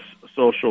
social